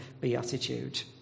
Beatitude